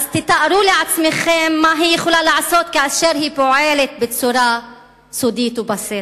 אז תארו לעצמכם מה היא יכולה לעשות כאשר היא פועלת בצורה סודית ובסתר.